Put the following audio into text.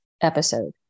episode